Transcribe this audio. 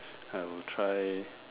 I will try